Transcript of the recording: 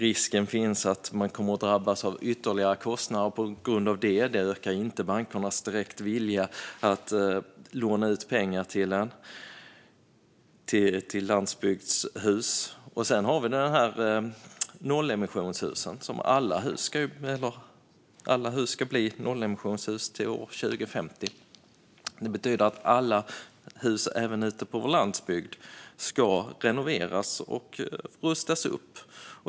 Risken finns att man kommer att drabbas av ytterligare kostnader på grund av det. Det ökar inte direkt bankernas vilja att låna ut pengar till landsbygdshus. Sedan har vi frågan om nollemissionshusen. Alla hus ska bli nollemissionshus till år 2050. Det betyder att alla hus även ute på vår landsbygd ska renoveras och rustas upp.